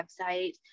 website